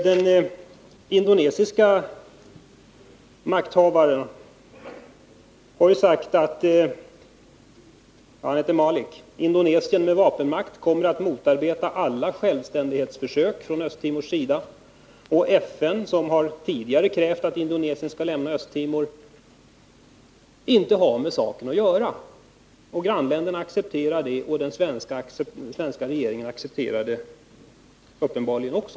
Den indonesiske makthavaren Malik har sagt att Indonesien med vapenmakt kommer att motarbeta alla självständighetsförsök från Östra Timors sida och att FN, som tidigare krävt att Indonesien skall lämna Östra Timor, inte har med saken att göra. Grannländerna accepterar det, och den svenska regeringen accepterar det uppenbarligen också.